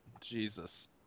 Jesus